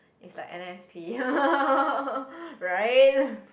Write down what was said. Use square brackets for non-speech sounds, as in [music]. it's like n_s pay [laughs] right [breath]